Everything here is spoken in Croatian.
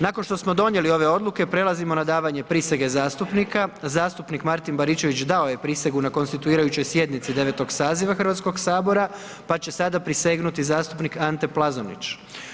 Nakon što smo donijeli ove odluke, prelazimo na davanje prisege zastupnika, zastupnik Martin Baričević dao je prisegu na konstituirajućoj sjednici 9. saziva Hrvatskog sabora, pa će sada prisegnuti zastupnik Ante Plazonić.